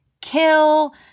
Kill